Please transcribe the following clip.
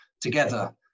together